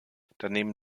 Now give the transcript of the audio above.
daneben